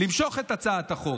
למשוך את הצעת החוק.